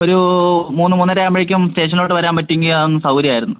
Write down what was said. ഒരു മൂന്ന് മൂന്നര ആവുമ്പഴേക്കും സ്റ്റേഷനിലോട്ട് വരാൻ പറ്റിയെങ്കിൽ അതൊന്ന് സൗകര്യമായിരുന്നു